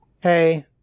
hey